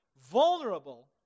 vulnerable